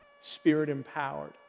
Spirit-empowered